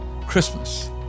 Christmas